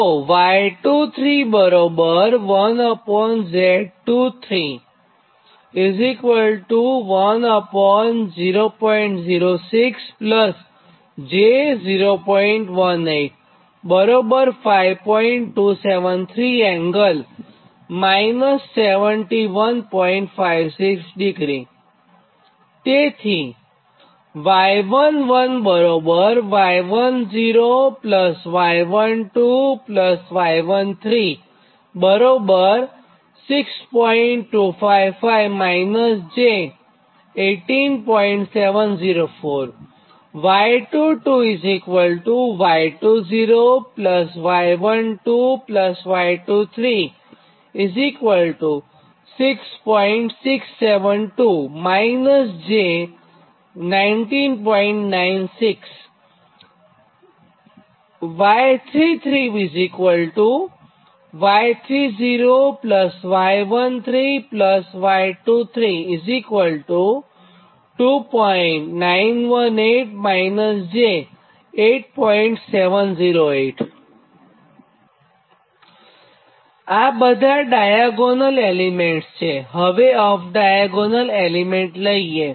તો તેથી આ બધા ડાયાગોનલ એલિમેન્ટસ છે હવે ઓફ ડાયાગોનલ એલિમેન્ટ લઈએ